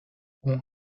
اون